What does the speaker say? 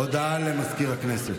הודעה למזכיר הכנסת.